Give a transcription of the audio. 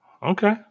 Okay